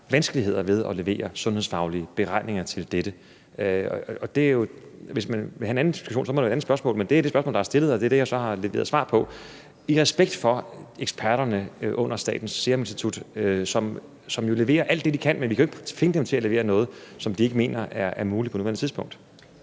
vanskeligheder ved at levere sundhedsfaglige beregninger om dette. Hvis man vil have en anden diskussion, må man stille et andet spørgsmål. Men det er det spørgsmål, der er stillet, og det er det, jeg så har leveret svar på i respekt for eksperterne under Statens Serum Institut, som jo leverer alt det, de kan. Men vi kan jo ikke tvinge dem til at levere noget, som de ikke mener er muligt på nuværende tidspunkt.